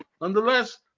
nonetheless